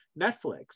Netflix